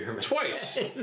twice